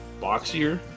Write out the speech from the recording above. boxier